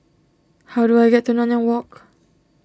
how do I get to Nanyang Walk